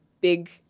big